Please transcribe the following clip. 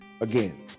again